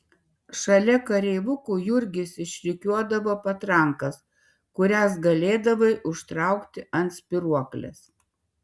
šalia kareivukų jurgis išrikiuodavo patrankas kurias galėdavai užtraukti ant spyruoklės